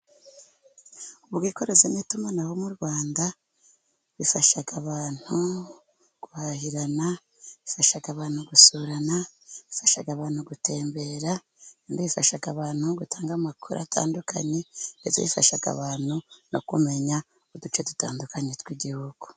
Ubwikorezi n'itumanaho mu Rwanda ,bifasha abantu: guharahirana ,bifasha abantu gusurana ,bifasha abantu gutembera ,bifasha abantu gutanga amakuru atandukanye, ndetse bifasha abantu no kumenya uduce dutandukanye tw'Igihugu.